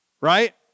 Right